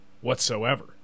whatsoever